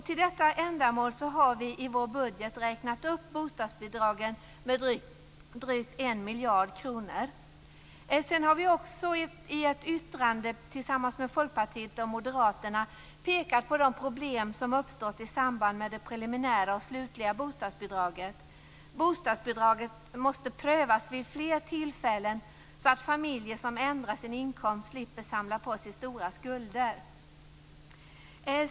Till detta ändamål har vi i vår budget räknat upp bostadsbidraget med drygt 1 Vi har också i ett yttrande tillsammans med Folkpartiet och Moderaterna pekat på de problem som uppstått i samband med det preliminära och slutliga bostadsbidraget. Bostadsbidraget måste prövas vid fler tillfällen så att familjer som ändrar sin inkomst slipper samla på sig stora skulder.